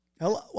Hello